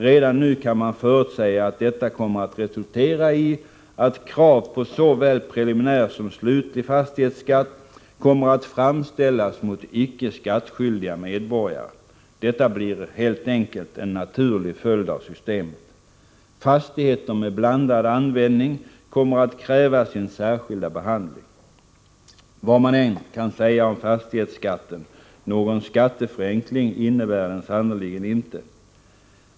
Redan nu kan man förutsäga att detta kommer att resultera i att krav på såväl preliminär som slutlig fastighetsskatt kommer att framställas mot icke skattskyldiga medborgare. Detta blir helt enkelt en naturlig följd av systemet. Fastigheter med blandad användning kommer att kräva sin särskilda behandling. Vad man än kan säga om fastighetsskatten — någon skatteförenkling innebär den sannerligen inte.